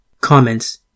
Comments